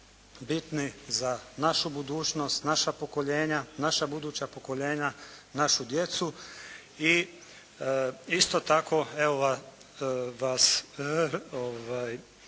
bitni za našu budućnost, naša pokoljenja, naša buduća pokoljenja, našu djecu i isto tako evo vas